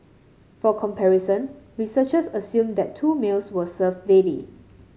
for comparison researchers assumed that two meals were served daily